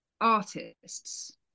artists